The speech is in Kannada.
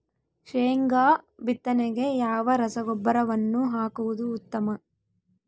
ಶೇಂಗಾ ಬಿತ್ತನೆಗೆ ಯಾವ ರಸಗೊಬ್ಬರವನ್ನು ಹಾಕುವುದು ಉತ್ತಮ?